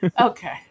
Okay